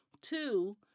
Two